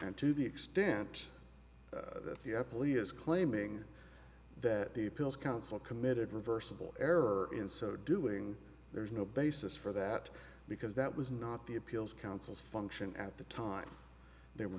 and to the extent that the apple he is claiming that the pills counsel committed reversible error in so doing there's no basis for that because that was not the appeals council's function at the time they were